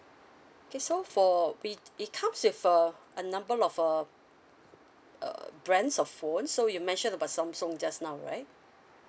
okay so for we it comes with a a number of uh uh brands of phone so you mentioned about Samsung just now right